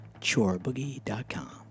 Choreboogie.com